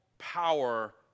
power